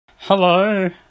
Hello